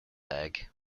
leg